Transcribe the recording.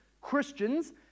Christians